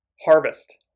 Harvest